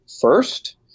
first